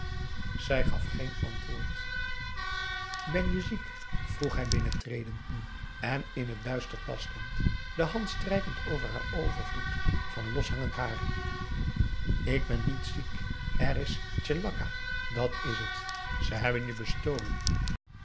zij gaf geen antwoord ben je ziek vroeg hij binnentredend nu en in het duister tastend de hand strijkend over haar overvloed van loshangend haar ik ben niet ziek er is tjelaka dat is het ze hebben je bestolen